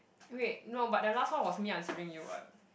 wait no but the last one was me answering you what